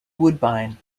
woodbine